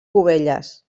cubelles